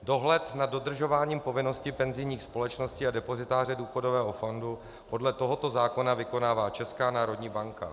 Dohled nad dodržováním povinnosti penzijních společností a depozitáře důchodového fondu podle tohoto zákona vykonává Česká národní banka.